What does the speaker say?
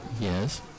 Yes